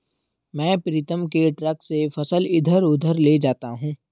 मैं प्रीतम के ट्रक से फसल इधर उधर ले जाता हूं